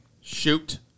shoot